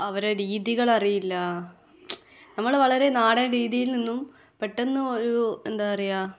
അവരെ രീതികളറിയില്ല നമ്മൾ വളരെ നാടൻ രീതിയിൽ നിന്നും പെട്ടെന്ന് ഒരു എന്താ പറയുക